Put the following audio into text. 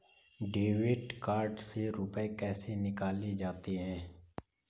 Debit card से रुपये कैसे निकाले जाते हैं?